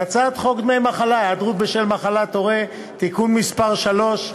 אנחנו נעבור להצעת חוק דמי מחלה (היעדרות בשל מחלת הורה) (תיקון מס' 3),